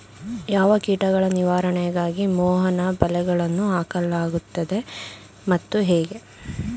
ಯಾವ ಕೀಟಗಳ ನಿವಾರಣೆಗಾಗಿ ಮೋಹನ ಬಲೆಗಳನ್ನು ಹಾಕಲಾಗುತ್ತದೆ ಮತ್ತು ಹೇಗೆ?